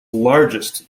largest